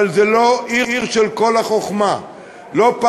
אבל זו לא עיר של כל החוכמה.